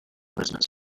business